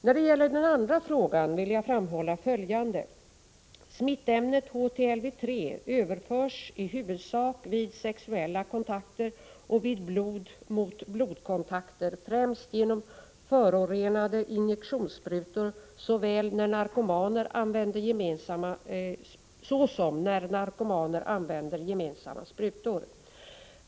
När det gäller den andra frågan vill jag framhålla följande: Smittämnet HTLV-III överförs i huvudsak vid sexuella kontakter och vid blod-mot-blod-kontakter, främst genom förorenade injektionssprutor såsom när narkomaner använder gemensamma sprutor.